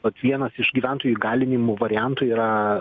vat vienas iš gyventojų įgalinimo variantų yra